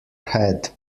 head